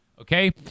okay